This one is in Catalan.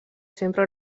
sempre